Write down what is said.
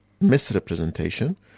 misrepresentation